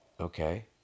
Okay